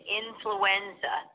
influenza